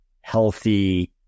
healthy